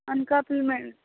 Anakapalli madam